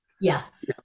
Yes